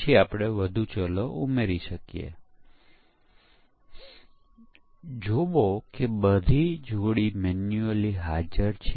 આપણે એકમ સ્તરનું પરીક્ષણ શા માટે કરીએ છીએ આપણે બધા જ પ્રયત્નો સારી સિસ્ટમ પરીક્ષણ કરવાનો પ્રયાસ કરવામાં વાપરીએ તો